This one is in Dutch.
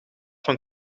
van